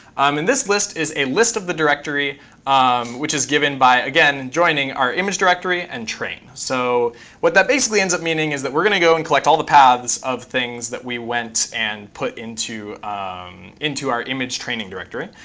um and this list is a list of the directory which is given by, again, joining our image directory and train. so what that basically ends up meaning is that we're going to go and collect all the paths of things that we went and put into into our image training directory.